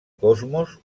cosmos